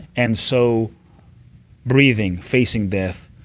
and so breathing, facing death,